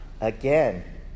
again